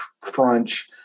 crunch